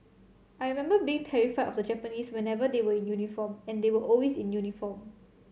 I remember being terrified of the Japanese whenever they were in uniform and they were always in uniform